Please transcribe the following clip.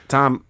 Tom